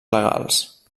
legals